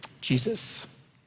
Jesus